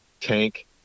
tank